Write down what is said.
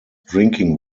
drinking